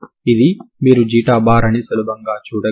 ఇది మీరు ξ అని సులభంగా చూడగలరు